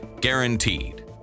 guaranteed